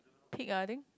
pig ah I think